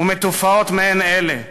ומתופעות מעין אלה.